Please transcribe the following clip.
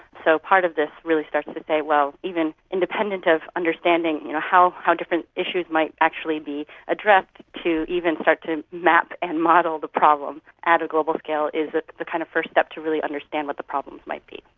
so part of this really starts to to say, well, even independent of understanding you know how how different issues might actually be addressed to even start to map and model the problem at a global scale is the the kind of first step to really understand what the problems might be.